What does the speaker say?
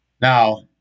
Now